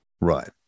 Right